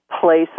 place